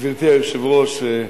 גברתי היושבת-ראש,